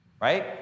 Right